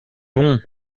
bon